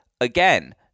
again